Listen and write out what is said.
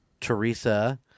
Teresa